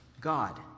God